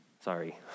Sorry